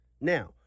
Now